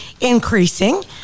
increasing